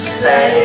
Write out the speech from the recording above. say